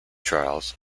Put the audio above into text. trials